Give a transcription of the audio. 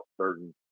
certain